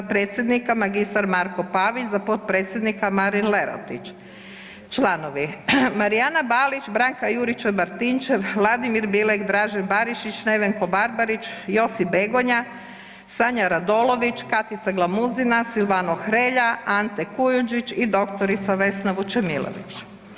Za predsjednika magistar Marko Pavić, za potpredsjednika Marin Lerotić, za članove: Marijana Balić, Branka Juričev Martinčev, Vladimir Bilek, Dražen Barišić, Nevenko Barbarić, Josip Begonja, Sanja Radolović, Katica Glamuzina, Silvano Hrelja, Ante Kujundžić i dr. Vesna Vučemilović.